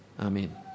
Amen